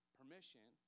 permission